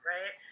Right